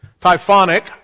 typhonic